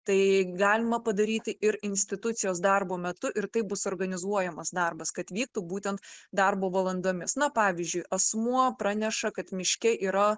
tai galima padaryti ir institucijos darbo metu ir taip bus organizuojamas darbas kad vyktų būtent darbo valandomis na pavyzdžiui asmuo praneša kad miške yra